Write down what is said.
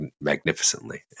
Magnificently